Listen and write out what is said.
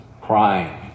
crying